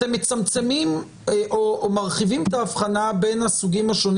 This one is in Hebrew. אתם מצמצמים או מרחיבים את ההבחנה בין הסוגים השונים